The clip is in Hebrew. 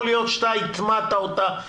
יכול להיות שאתה הטמעת אותה,